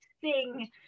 sing